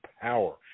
power